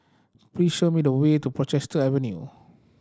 please show me the way to Portchester Avenue